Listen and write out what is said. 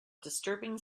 disturbing